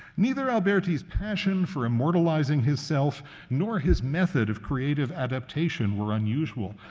neither alberti's passion for immortalizing his self nor his method of creative adaptation were unusual.